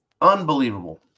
Unbelievable